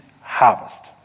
harvest